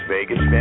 Vegas